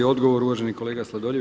Odgovor uvaženi kolega Sladoljev.